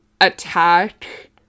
attack